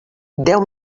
deu